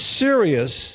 serious